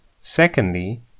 Secondly